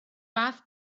fath